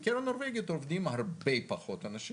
בקרן הנורבגית עובדים הרבה פחות אנשים.